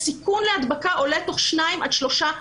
הסיכון להדבקה עולה תוך שניים עד שלושה חודשים.